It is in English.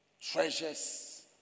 Treasures